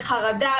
בחרדה,